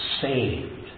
saved